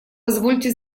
позвольте